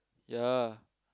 ya